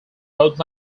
both